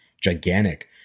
gigantic